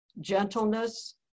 gentleness